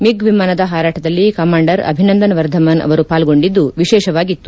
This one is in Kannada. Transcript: ಮಿಗ್ ವಿಮಾನದ ಹಾರಾಟದಲ್ಲಿ ಕಮಾಂಡರ್ ಅಭಿನಂದನ್ ವರ್ಧಮಾನ ಅವರು ಪಾಲ್ಗೊಂಡಿದ್ದು ವಿಶೇಷವಾಗಿತ್ತು